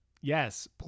yes